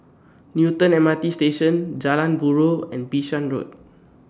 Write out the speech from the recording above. Newton M R T Station Jalan Buroh and Bishan Road